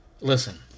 listen